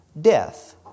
death